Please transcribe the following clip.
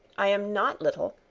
i am not little.